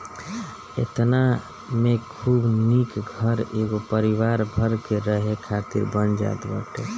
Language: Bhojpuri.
एतना में खूब निक घर एगो परिवार भर के रहे खातिर बन जात बाटे